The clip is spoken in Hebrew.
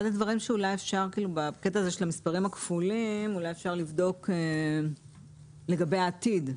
אחד הדברים שבקטע הזה של המספרים הכפולים אולי אפשר לבדוק לגבי העתיד,